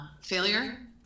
failure